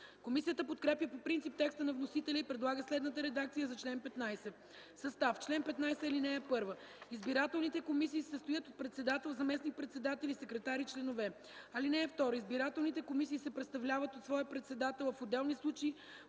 Комисията подкрепя по принцип текста на вносителя и предлага следната редакция за чл. 15: „Състав Чл. 15. (1) Избирателните комисии се състоят от председател, заместник-председатели, секретари и членове. (2) Избирателните комисии се представляват от своя председател, а в отделни случаи